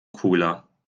cooler